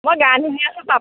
মই গান শুনি আছোঁ পাপনৰ